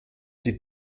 die